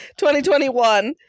2021